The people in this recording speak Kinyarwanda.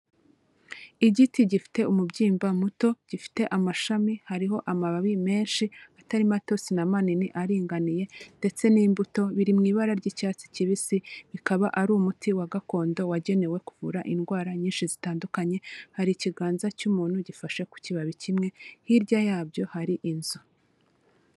Igiti gifite umubyimba muto, gifite amashami, hariho amababi menshi atari mato, si na manini aringaniye ndetse n'imbuto, biri mu ibara ry'icyatsi kibisi, bikaba ari umuti wa gakondo wagenewe kuvura indwara nyinshi zitandukanye, hari ikiganza cy'umuntu gifashe ku kibabi kimwe, hirya yabyo hari inzu.